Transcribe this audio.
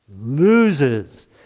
loses